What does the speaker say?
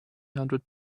hundred